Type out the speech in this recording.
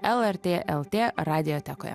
lrt lt radiotekoje